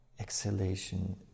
exhalation